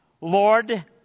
Lord